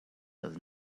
does